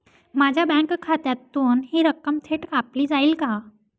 माझ्या बँक खात्यातून हि रक्कम थेट कापली जाईल का?